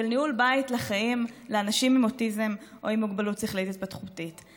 ניהול בית לחיים לאנשים עם אוטיזם או עם מוגבלות שכלית התפתחותית,